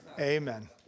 Amen